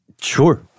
Sure